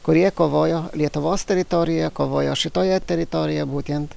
kurie kovojo lietuvos teritorija kovojo šitoje teritorija būtent